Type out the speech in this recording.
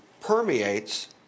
permeates